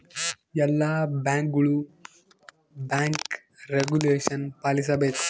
ಎಲ್ಲ ಬ್ಯಾಂಕ್ಗಳು bank regulation ಪಾಲಿಸಬೇಕು